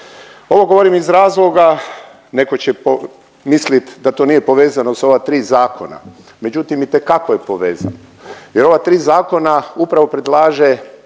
Ovo govorim iz razloga, netko će pomislit da to nije povezano s ova 3 zakona, međutim, itekako je povezan jer ova 3 zakona upravo predlaže